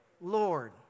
Lord